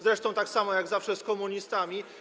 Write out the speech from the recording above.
Zresztą tak samo jak zawsze z komunistami.